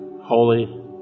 holy